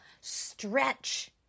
Stretch